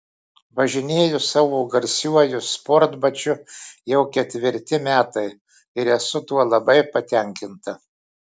važinėju savo garsiuoju sportbačiu jau ketvirti metai ir esu tuo labai patenkinta